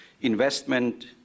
investment